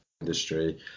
industry